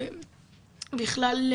בכלל,